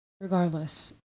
regardless